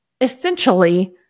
essentially